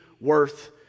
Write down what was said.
worth